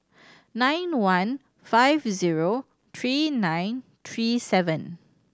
nine one five zero three nine three seven